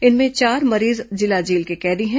इनमें चार मरीज जिला जेल के कैदी हैं